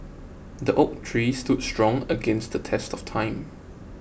the oak tree stood strong against the test of time